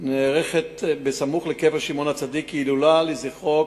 נערכת סמוך לקבר שמעון הצדיק הילולה לזכרו,